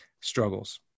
struggles